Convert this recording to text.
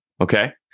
Okay